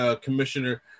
Commissioner